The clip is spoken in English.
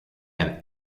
have